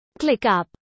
ClickUp